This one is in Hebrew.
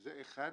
זה אחד.